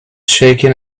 shaken